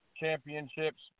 championships